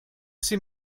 sie